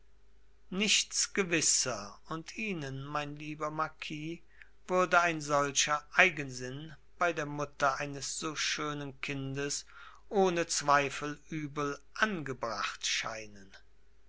nichts gewisser und ihnen mein lieber marquis würde ein solcher eigensinn bei der mutter eines so schönen kindes ohne zweifel übel angebracht scheinen